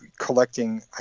collecting